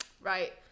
Right